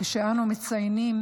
כשאנו מציינים